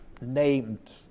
named